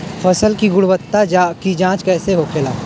फसल की गुणवत्ता की जांच कैसे होखेला?